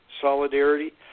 solidarity